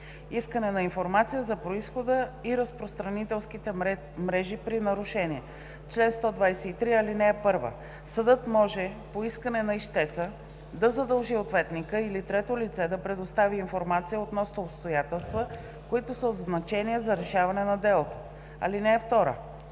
„Искане на информация за произхода и разпространителските мрежи при нарушение Чл. 123. (1) Съдът може по искане на ищеца да задължи ответника или трето лице да предостави информация относно обстоятелства, които са от значение за решаване на делото. (2) Трето